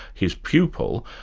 his pupil,